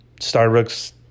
starbucks